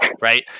right